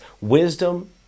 wisdom